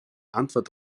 antwort